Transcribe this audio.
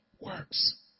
works